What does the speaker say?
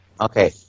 Okay